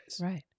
Right